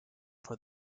for